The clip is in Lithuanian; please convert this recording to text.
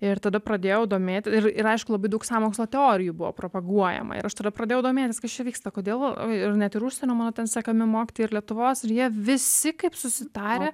ir tada pradėjau domėt ir ir aišku labai daug sąmokslo teorijų buvo propaguojama ir aš tada pradėjau domėtis kas čia vyksta kodėl ir net ir užsienio mano ten sekami mokytojai ir lietuvos jie visi kaip susitarę